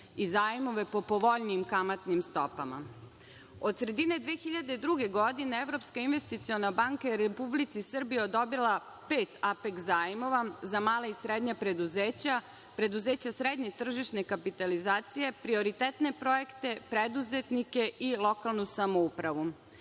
i zajmove po povoljnijim kamatnim stopama. Od sredine 2002. godine Evropska investiciona banka je Republici Srbiji odobrila pet „Apeks zajmova za mala i srednja preduzeća“, preduzeća srednje tržišne kapitalizacije, prioritetne projekte, preduzetnike i lokalnu samoupravu. Sredstva